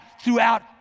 throughout